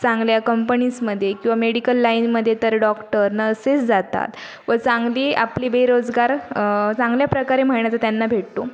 चांगल्या कंपनीजमध्ये किंवा मेडिकल लाईनमध्ये तर डॉक्टर नर्सेस जातात व चांगली आपली बेरोजगार चांगल्या प्रकारे महिन्याचा त्यांना भेटतो